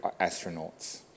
astronauts